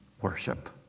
Worship